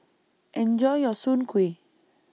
Enjoy your Soon Kueh